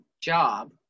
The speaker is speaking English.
job